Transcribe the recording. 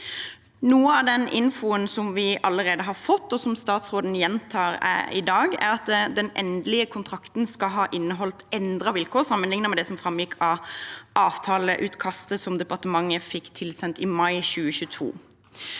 Noe av infoen vi allerede har fått, og som statsråden gjentar her i dag, er at den endelige kontrakten skal ha inneholdt endrede vilkår sammenlignet med det som framgikk i avtaleutkastet som departementet fikk tilsendt i mai 2022.